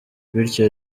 bityo